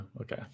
Okay